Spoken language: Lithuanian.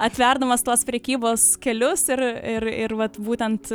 atverdamas tuos prekybos kelius ir ir ir vat būtent